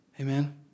Amen